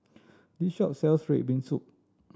this shop sells red bean soup